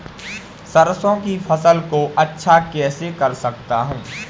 सरसो की फसल को अच्छा कैसे कर सकता हूँ?